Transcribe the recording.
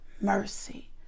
mercy